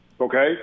okay